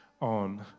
on